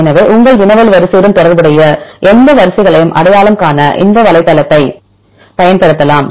எனவே உங்கள் வினவல் வரிசை உடன் தொடர்புடைய எந்த வரிசைகளையும் அடையாளம் காண இந்த வலைத்தளத்தைப் பயன்படுத்தலாம்